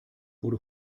wurde